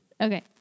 Okay